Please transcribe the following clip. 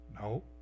No